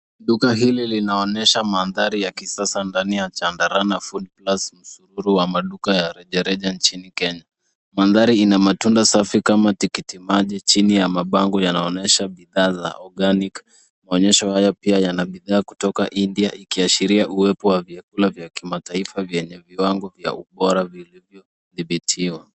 Duka hili linaonesha manthari ya kisasa ndani ya chandarana food plus, msururu wa maduka ya rejareja nchini Kenya. Mandhari ina matunda safi kama tikiti maji chini ya mabango yanaonesha bidhaa za organic . Maonyesho haya pia yana bidhaa kutoka India ikiashiria uwepo wa vyakula vya kimataifa vyenye viwango vya ubora vilivyodhibitiwa.